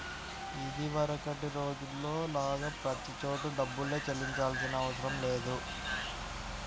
ఇదివరకటి రోజుల్లో లాగా ప్రతి చోటా డబ్బుల్నే చెల్లించాల్సిన అవసరం లేదు